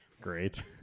Great